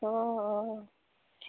অঁ অঁ